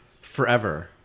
forever